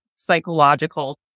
psychological